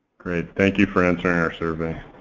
thank you for answering our survey.